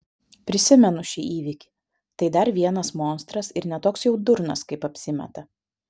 prisimenu šį įvykį tai dar vienas monstras ir ne toks jau durnas kaip apsimeta